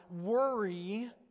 worry